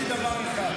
אני אגיד דבר אחד.